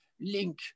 link